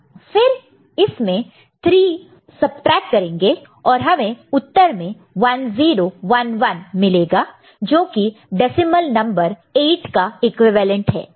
फिर इसमें से 3 वह सबट्रैक्ट करेंगे और हमें उत्तर में 1011 मिलेगा जो कि डेसिमल नंबर 8 का इक्विवेलेंट है